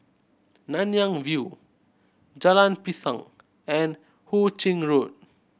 Nanyang View Jalan Pisang and Hu Ching Road